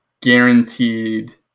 guaranteed